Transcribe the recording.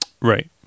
right